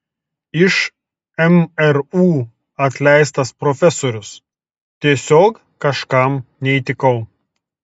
iš mru atleistas profesorius tiesiog kažkam neįtikau